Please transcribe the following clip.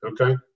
Okay